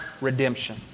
redemption